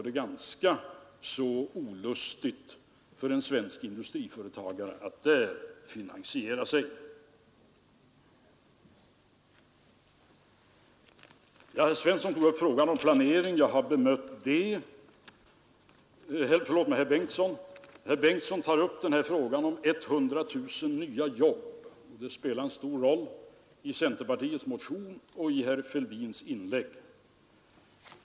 Då kan man komma i den värsta av alla världar, där man inte ens kan kosta på sig att driva en selektiv arbetsmarknadspolitik därför att valutareserven är slut och man har för stora underskott i bytesbalansen.